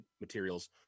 materials